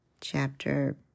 chapter